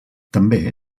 també